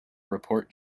report